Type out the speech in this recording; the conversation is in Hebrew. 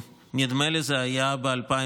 ונדמה לי שזה היה ב-2014,